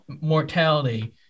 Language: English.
mortality